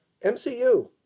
MCU